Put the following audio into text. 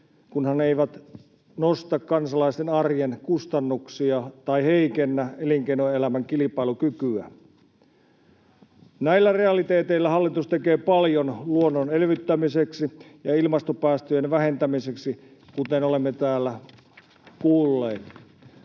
kunhan ne eivät nosta kansalaisen arjen kustannuksia tai heikennä elinkeinoelämän kilpailukykyä. Näillä realiteeteilla hallitus tekee paljon luonnon elvyttämiseksi ja ilmastopäästöjen vähentämiseksi, kuten olemme täällä kuulleet.